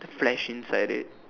flesh inside it